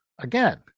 again